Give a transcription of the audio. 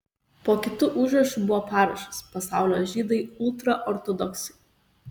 po kitu užrašu buvo parašas pasaulio žydai ultraortodoksai